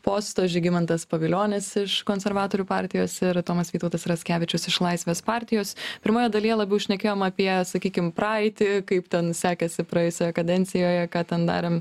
posto žygimantas pavilionis iš konservatorių partijos ir tomas vytautas raskevičius iš laisvės partijos pirmoje dalyje labiau šnekėjom apie sakykim praeitį kaip ten sekėsi praėjusioje kadencijoje ką ten darėm